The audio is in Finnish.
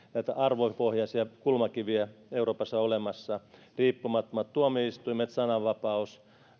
näitä arvopohjaisia kulmakiviä euroopassa olemassa riippumattomat tuomioistuimet sananvapaus